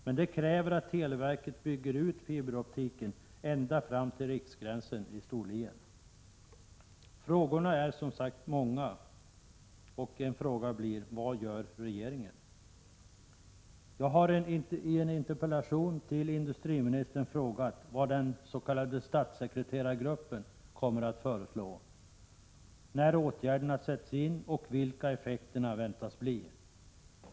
Men det kräver att televerket bygger ut fiberoptiken ända fram till riksgränsen i Storlien. Frågorna är som sagt många. En fråga blir: Vad gör regeringen? Jag har i en interpellation till industriministern frågat vad den s.k. statssekreterargruppen kommer att föreslå, när åtgärderna sätts in och vilka effekterna väntas bli.